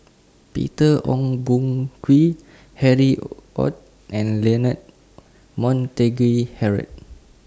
Peter Ong Boon Kwee Harry ORD and Leonard Montague Harrod